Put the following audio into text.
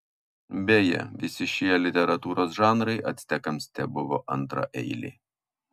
beje visi šie literatūros žanrai actekams tebuvo antraeiliai